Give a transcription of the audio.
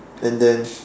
and then